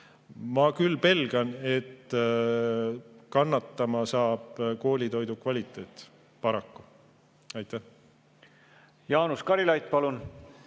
mina küll pelgan, et kannatada saab koolitoidu kvaliteet. Paraku. Jaanus Karilaid, palun!